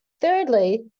Thirdly